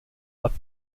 left